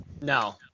No